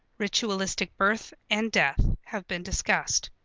ritualistic birth and death have been discussed.